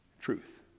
truth